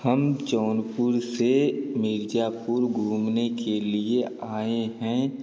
हम जौनपुर से मिर्ज़ापुर घूमने के लिए आए हैं